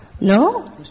No